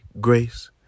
grace